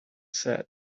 said